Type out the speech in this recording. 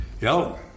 Yo